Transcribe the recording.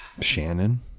Shannon